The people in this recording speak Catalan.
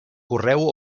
correu